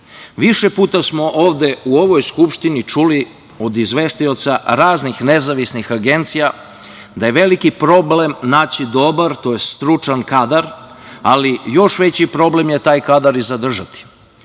puta smo ovde u ovoj Skupštini čuli od izvestioca raznih nezavisnih agencija da je veliki problem naći dobar, tj. stručan kadar, ali još veći problem je taj kadar i zadržati.